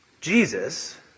Jesus